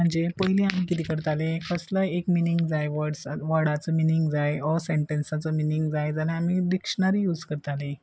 म्हणजे पयली आमी किदें करताले कसलोय एक मिनींग जाय वर्ड वर्डाचो मिनींग जाय ओर सेंटेन्साचो मिनींग जाय जाल्यार आमी डिक्शनरी यूज करताले